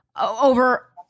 over